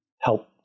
help